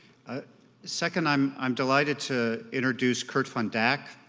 ah second, i'm i'm delighted to introduce kirt von daacke.